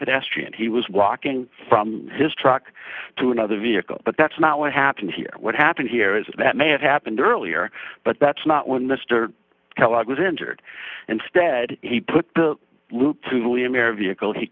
pedestrian he was walking from his truck to another vehicle but that's not what happened here what happened here is that may have happened earlier but that's not when mr kellogg was injured instead he put the loop